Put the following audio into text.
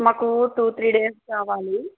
మాకు two three days కావాలి